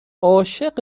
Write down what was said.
عاشق